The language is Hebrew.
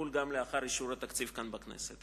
הטיפול גם לאחר אישור התקציב כאן בכנסת.